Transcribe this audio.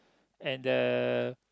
and uh